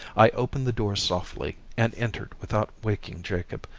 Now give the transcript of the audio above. i opened the door softly, and entered without waking jacob,